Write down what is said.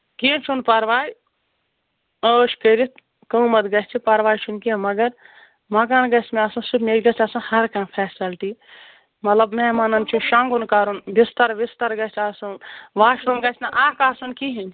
کیٚنٛہہ چھُنہٕ پَرواے ٲش کٔرِتھ قۭمَت گژھِ پَرواے چھُنہٕ کیٚنٛہہ مگر مَکان گژھِ مےٚ آسُن سُہ مےٚ چھِ گژھِ آسُن ہر کانٛہہ فیسَلٹی مطلب مہمانَن چھُ شۄنگُن کَرُن بِستَر وِستَر گژھِ آسُن واش روٗم گژھِ نہٕ اَکھ آسُن کِہیٖنۍ